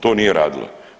To nije radila.